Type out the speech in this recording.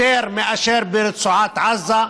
יותר מאשר ברצועת עזה,